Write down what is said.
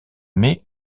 mai